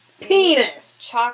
penis